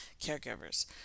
caregivers